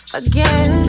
again